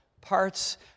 parts